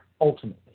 ultimately